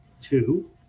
two